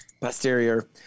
posterior